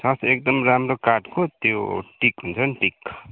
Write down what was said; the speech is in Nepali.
छ छ एकदम राम्रो काठको त्यो टिक हुन्छ नि टिक